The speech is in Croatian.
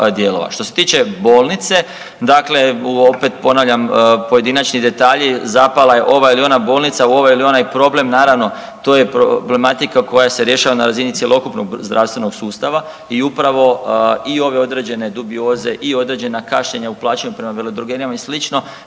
Što se tiče bolnice dakle opet ponavljam pojedinačni detalji zapala je ova ili ona bolnica u ovaj ili onaj problem, naravno to je problematika koja se rješava na razini cjelokupnog zdravstvenog sustava i upravo i ove određene dubioze i određena kašnjenja u plaćanju prema veledrogerijama i